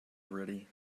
already